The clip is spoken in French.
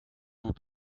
vous